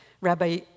Rabbi